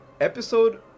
episode